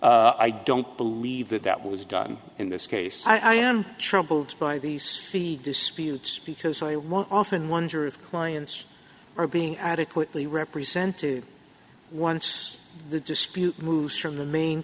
e i don't believe that that was done in this case i am troubled by these disputes because i want often wonder if clients are being adequately represented once the dispute moves from the main